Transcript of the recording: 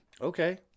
Okay